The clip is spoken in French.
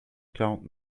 quarante